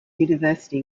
university